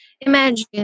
imagine